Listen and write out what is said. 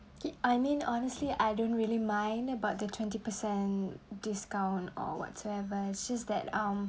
okay I mean honestly I don't really mind about the twenty percent discount or whatsoever it's just that um